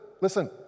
listen